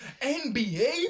NBA